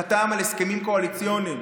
חותם על הסכמים קואליציוניים,